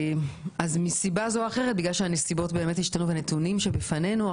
מסיבה זו או אחרת בגלל שהנסיבות השתנו והנתונים שבפנינו,